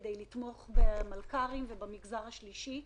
כדי לתמוך במלכ"רים ובמגזר השלישי,